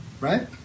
Right